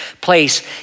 place